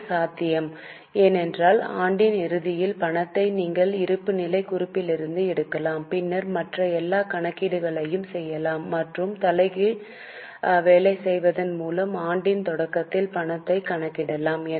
இது சாத்தியம் ஏனென்றால் ஆண்டின் இறுதியில் பணத்தை நீங்கள் இருப்புநிலைக் குறிப்பிலிருந்து எடுக்கலாம் பின்னர் மற்ற எல்லா கணக்கீடுகளையும் செய்யலாம் மற்றும் தலைகீழ் வேலை செய்வதன் மூலம் ஆண்டின் தொடக்கத்தில் பணத்தை கணக்கிடலாம்